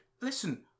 Listen